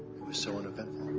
it was so uneventful.